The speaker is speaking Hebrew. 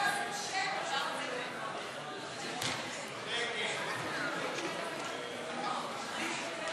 ההצעה להסיר מסדר-היום את הצעת חוק הסדרים במשק המדינה (תיקוני